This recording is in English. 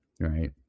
right